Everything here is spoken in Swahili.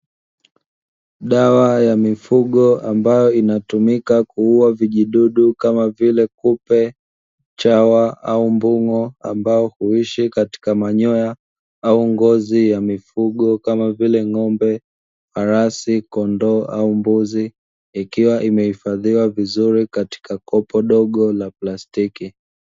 Dawa ya mifugo ambayo inatumika kuuwa vijidudu kama vile: kupe, chawa au mbung'o ambao huishi katika manyoya au ngozi ya mifugo kama vile: ng'ombe, farasi, kondoo au mbuzi ikiwa imehifadhiwa vizuri katika kopo dogo la plastiki.